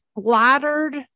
splattered